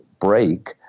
break